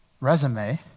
resume